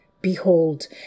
Behold